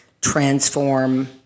transform